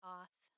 off